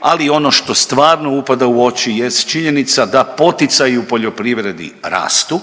ali ono što stvarno upada u oči jest činjenica da poticaji u poljoprivredi rastu,